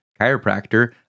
chiropractor